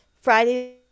friday